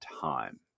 time